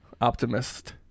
Optimist